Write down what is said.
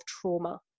trauma